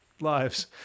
lives